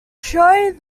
showing